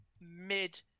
mid